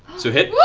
so hit,